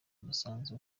umusanzu